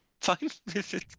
fine